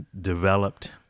developed